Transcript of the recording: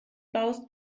baust